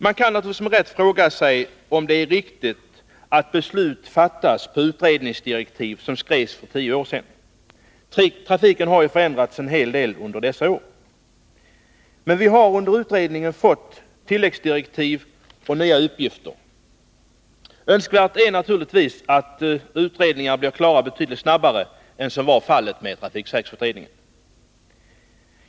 Man kan naturligtvis med rätta fråga sig om det är riktigt att beslut fattas på basis av utredningsdirektiv som skrevs för tio år sedan. Trafiken har ju förändrats en hel del under dessa år. Men vi har under utredningen fått tilläggsdirektiv och nya uppgifter. Önskvärt är naturligtvis att utredningar blir klara betydligt snabbare än vad som var fallet med trafiksäkerhetsutredningen.